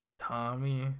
tommy